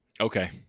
Okay